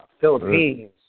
Philippines